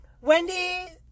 Wendy